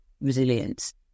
resilience